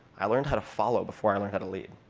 i learned how to follow before i learned how to lead.